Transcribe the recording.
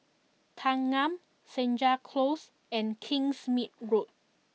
Thanggam Senja Close and Kingsmead Road